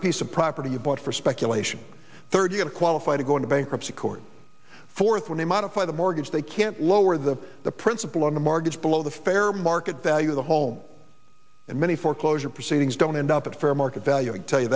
a piece of property you bought for speculation third you have to qualify to go into bankruptcy court fourth when you modify the mortgage they can't lower the the principal on the mortgage below the fair market value of the home and many foreclosure proceedings don't end up at fair market value and tell you